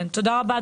תודה רבה,